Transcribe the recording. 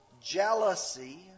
jealousy